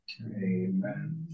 Amen